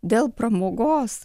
dėl pramogos